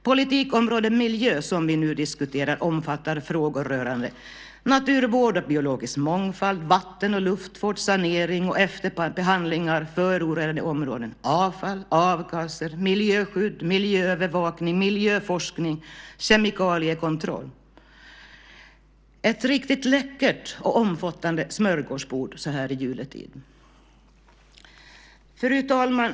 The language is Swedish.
Politikområdet miljö, som vi nu diskuterar, omfattar frågor rörande naturvård och biologisk mångfald, vatten och luftvård, sanering och efterbehandling av förorenade områden, avfall, avgaser, miljöskydd, miljöövervakning, miljöforskning och kemikaliekontroll. Det är ett riktigt läckert och omfattande smörgåsbord så här i juletider. Fru talman!